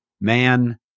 man